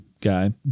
guy